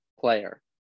player